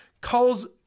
calls